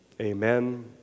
amen